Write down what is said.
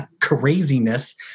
craziness